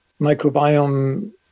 microbiome